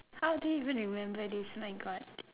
how do we even remember this my God